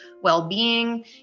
well-being